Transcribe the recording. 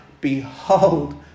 Behold